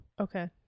Okay